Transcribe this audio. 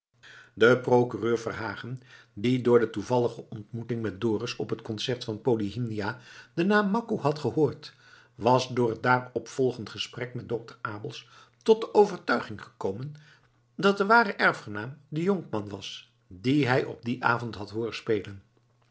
de procureur verhagen die door de toevallige ontmoeting met dorus op het concert van polyhymnia den naam makko had gehoord was door het daaropvolgend gesprek met dokter abels tot de overtuiging gekomen dat de ware erfgenaam de jonkman was dien hij op dien avond had